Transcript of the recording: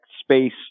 space